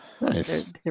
Nice